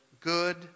good